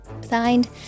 Signed